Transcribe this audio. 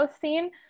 scene